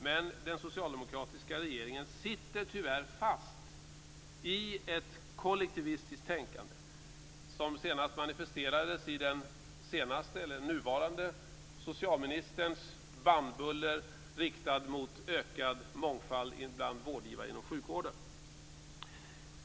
Men den socialdemokratiska regeringen sitter tyvärr fast i ett kollektivistiskt tänkande som senast manifesterades i den nuvarande socialministerns bannbullor riktade mot en ökad mångfald av vårdgivare inom sjukvården.